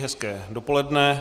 Hezké dopoledne.